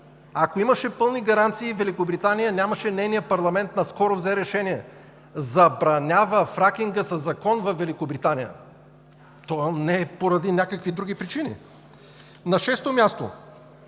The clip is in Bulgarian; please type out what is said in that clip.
Ако имаше пълни гаранции, нямаше Великобритания – нейният парламент наскоро взе решение: забранява фракинга със закон във Великобритания. Това не е поради някакви други причини. На шесто място,